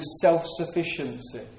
self-sufficiency